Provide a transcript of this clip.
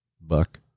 Buck